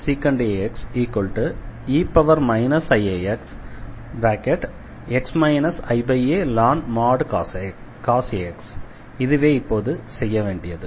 1Diasec ax e iaxx ialn cos ax இதுவே இப்போது செய்ய வேண்டியது